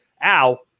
Al